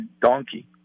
donkey